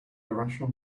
irrational